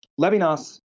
Levinas